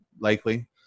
likely